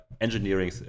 engineering